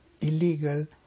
illegal